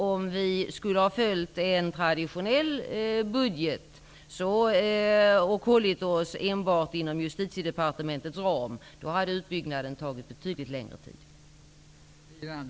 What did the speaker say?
Om vi skulle ha följt ett traditionellt budgetarbete och enbart hållit oss inom Justitiedepartementets ram hade utbyggnaden tagit betydligt längre tid.